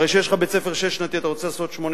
הרי כשיש לך בית-ספר שש-שנתי אתה רוצה לעשות שמונה-שנתי,